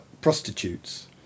prostitutes